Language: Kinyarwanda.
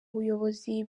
ubuyobozi